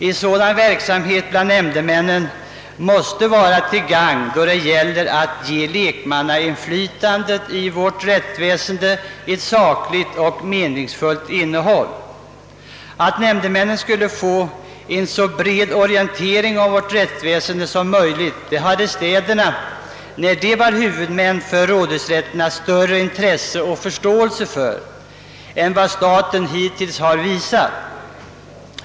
En sådan verksamhet bland nämndemännen måste vara till gagn för att ge lekmannainflytandet i vårt rättsväsende ett sakligt och meningsfyllt innehåll. Att nämndemännen borde få en så bred orientering som möjligt om vårt rättsväsende hade städerna, när de var huvudmän för rådhusrätterna, större intresse och förståelse för än vad staten hittills har visat.